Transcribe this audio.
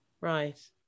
Right